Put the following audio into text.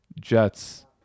Jets